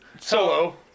solo